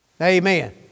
Amen